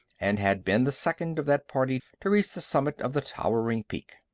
and had been the second of that party to reach the summit of the towering peak.